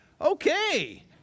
okay